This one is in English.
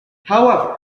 however